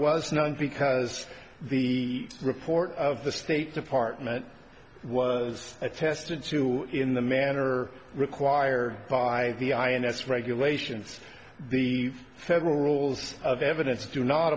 was no because the report of the state department was attested to in the manner required by the ins regulations the federal rules of evidence do not